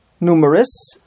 numerous